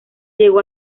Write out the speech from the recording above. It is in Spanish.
llegó